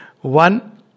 one